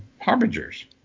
Harbingers